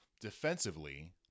defensively